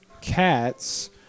cats